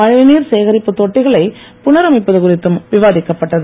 மழைநீர் சேகரிப்பு தொட்டிகளை புனரமைப்பது குறித்தும் விவாதிக்கப்பட்டது